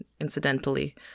incidentally